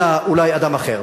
אלא אולי אדם אחר.